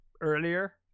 earlier